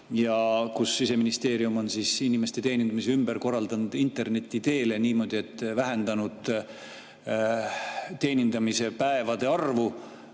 Siseministeerium on inimeste teenindamise ümber korraldanud interneti teel niimoodi, et on vähendatud teenindamise päevade arvu